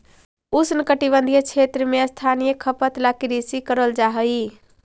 उष्णकटिबंधीय क्षेत्र में स्थानीय खपत ला कृषि करल जा हई